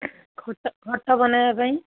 ଖଟ ବନେଇବା ପାଇଁ